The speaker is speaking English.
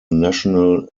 national